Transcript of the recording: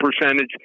percentage